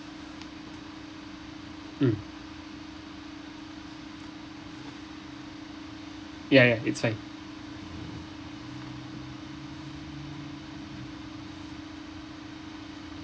mm ya ya it's fine